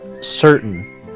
certain